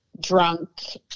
drunk